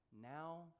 Now